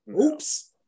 Oops